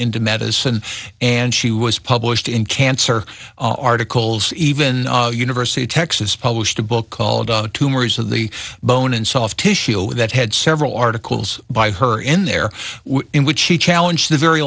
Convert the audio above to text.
into medicine and she was published in cancer articles even university of texas published a book called tumors of the bone and soft tissue that had several articles by her in there in which she challenge the very